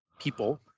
people